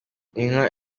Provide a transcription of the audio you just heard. inka